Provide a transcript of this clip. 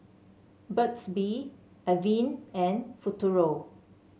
Burt's Bee Avene and Futuro